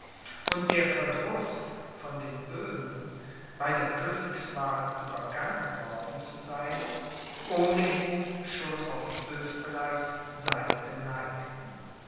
und der verdruß von den böhmen bei der königswahl übergangen worden zu sein ohnehin schon auf oesterreichs seite neigten